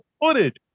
footage